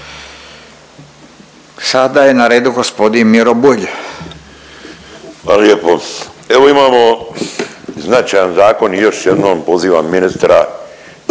Sada je na redu g. Miro Bulj.